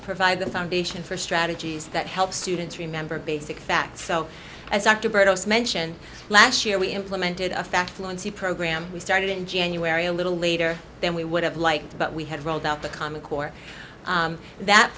provide the foundation for strategies that help students remember basic facts so as october it was mentioned last year we implemented a fact fluency program we started in january a little later than we would have liked but we had rolled out the common core that